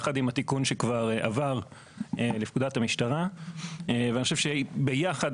יחד עם התיקון שכבר עבר לפקודת המשטרה ואני חושב שביחד,